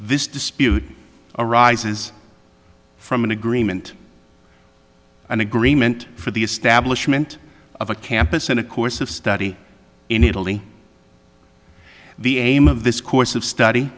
this dispute arises from an agreement an agreement for the establishment of a campus in a course of study in italy the aim of this course of study